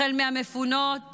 החל מהמפונות